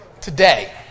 Today